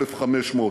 1,500,